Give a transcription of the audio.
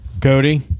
Cody